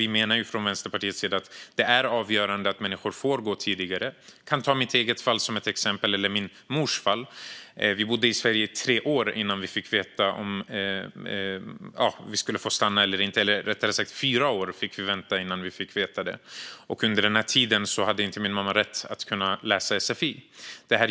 Vi menar från Vänsterpartiets sida att det är avgörande att människor får läsa sfi tidigare. Jag kan ta mitt eget, eller snarare min mors, fall som exempel: Vi bodde i Sverige i fyra år innan vi fick veta om vi skulle få stanna eller inte, och under den tiden hade min mamma inte rätt att läsa sfi.